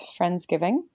Friendsgiving